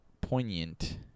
poignant